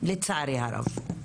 לצערי הרב.